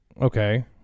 Okay